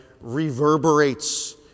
reverberates